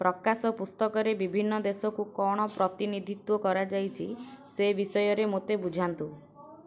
ପ୍ରକାଶ ପୁସ୍ତକରେ ବିଭିନ୍ନ ଦେଶକୁ କ'ଣ ପ୍ରତିନିଧିତ୍ୱ କରାଯାଇଛି ସେ ବିଷୟରେ ମୋତେ ବୁଝାନ୍ତୁ